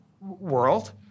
world